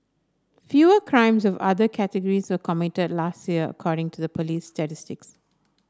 fewer crimes of other categories were committed last year according to the police's statistics